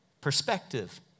perspective